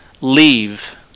Leave